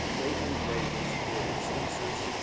nathan davis for his thesis,